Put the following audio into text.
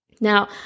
Now